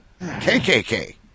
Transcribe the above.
KKK